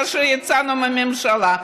כאשר יצאנו מהממשלה?